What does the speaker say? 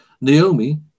Naomi